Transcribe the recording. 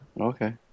Okay